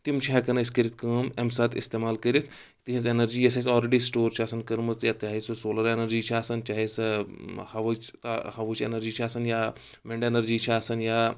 تِم چھِ ہؠکان أسۍ کٔرِتھ کٲم اَمہِ ساتہٕ استعمال کٔرِتھ تِہنٛز اؠنرجی یۄس اَسہِ اولریڈی سٹور چھِ آسان کٔرمٕژ یا چاہے سُہ سولر اؠنرجی چھِ آسان چاہے سۄ ہوٕچ ہوٕچ اؠنرجی چھِ آسان یا وِنڈ اؠنرجی چھِ آسان یا